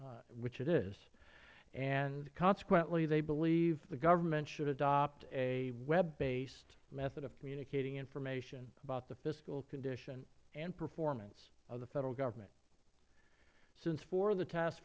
which it is consequently they believe the government should adopt a web based method of communicating information about the fiscal condition and performance of the federal government since four of the t